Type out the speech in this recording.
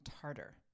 tartar